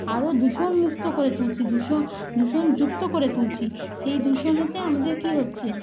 আরো দূষণমুক্ত করে তুলছি দূষ দূষণযুক্ত করে তুলছি সেই দূষণেতে আমাদের কী হচ্ছে